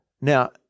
Now